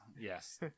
Yes